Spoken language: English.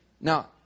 Now